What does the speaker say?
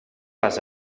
les